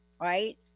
right